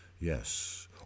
Yes